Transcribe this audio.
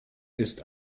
ist